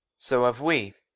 so have we.